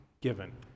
given